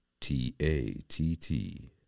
T-A-T-T